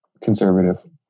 conservative